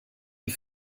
die